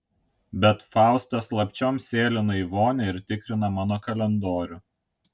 bet faustas slapčiom sėlina į vonią ir tikrina mano kalendorių